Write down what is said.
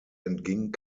entging